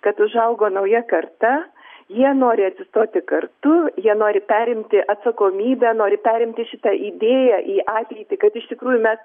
kad užaugo nauja karta jie nori atsistoti kartu jie nori perimti atsakomybę nori perimti šitą idėją į ateitį kad iš tikrųjų mes